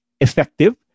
effective